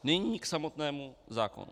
Nyní k samotnému zákonu.